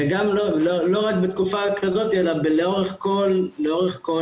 לא רק בתקופה כזאת, אלא לאורך כל